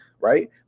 right